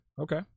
Okay